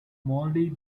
mollie